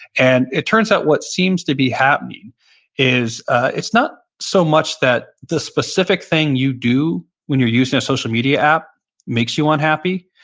and it turns out what seems to be happening is it's not so much that the specific thing you do when you're using a social media app makes you unhappy,